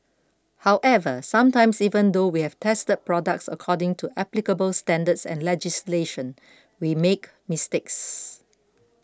however sometimes even though we have tested products according to applicable standards and legislation we make mistakes